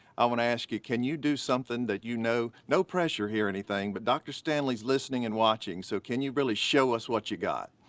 i wanna ask you, can you do something that you know, no pressure here or anything, but dr. stanley's listening and watching, so can you really show us what you got?